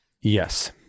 Yes